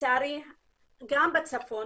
לצערי גם בצפון,